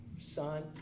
Son